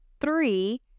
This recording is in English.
three